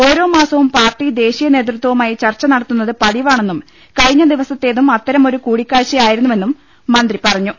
ഒരോ മാസവും പാർട്ടി ദേശീയ നേതൃത്വ വുമായി ചർച്ച നടത്തുന്നത് പതിവാണെന്നും കഴിഞ്ഞ ദിവസ ത്തേതും അത്തരമൊരു കൂടിക്കാഴ്ച ആയിരുന്നുവെന്നും മന്ത്രി പറഞ്ഞു